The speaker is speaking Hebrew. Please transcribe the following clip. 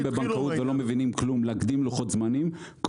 בבנקאות ולא מבינים כלום להקדים לוחות זמנים,